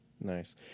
Nice